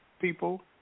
people